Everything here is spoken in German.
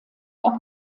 auch